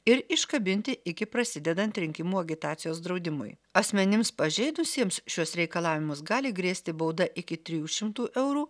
ir iškabinti iki prasidedant rinkimų agitacijos draudimui asmenims pažeidusiems šiuos reikalavimus gali grėsti bauda iki trijų šimtų eurų